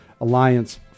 Alliance